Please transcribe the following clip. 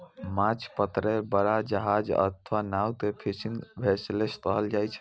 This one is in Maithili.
माछ पकड़ै बला जहाज अथवा नाव कें फिशिंग वैसेल्स कहल जाइ छै